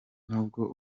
nubwo